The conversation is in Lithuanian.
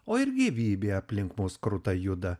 o ir gyvybė aplink mus kruta juda